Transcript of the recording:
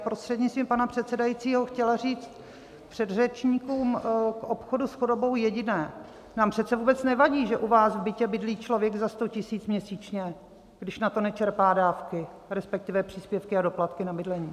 Prostřednictvím pana předsedajícího bych chtěla říct předřečníkům k obchodu s chudobou jediné: nám přece vůbec nevadí, že u vás v bytě bydlí člověk za 100 000 měsíčně, když na to nečerpá dávky, respektive příspěvky a doplatky na bydlení.